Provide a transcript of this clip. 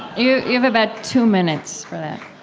yeah you have about two minutes for that